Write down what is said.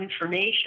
information